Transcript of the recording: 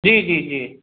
जी जी जी